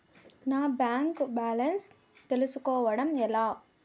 నా bank balance తెలుస్కోవడం ఎలా?